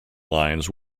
lines